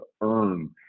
earn